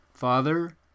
Father